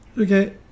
Okay